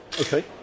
Okay